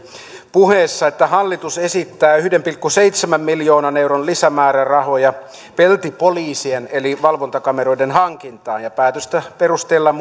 puheessa että hallitus esittää yhden pilkku seitsemän miljoonan euron lisämäärärahoja peltipoliisien eli valvontakameroiden hankintaan päätöstä perusteellaan